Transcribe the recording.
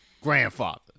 grandfather